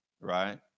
Right